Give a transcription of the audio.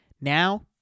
Now